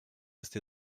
restés